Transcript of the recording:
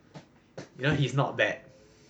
you know he's not bad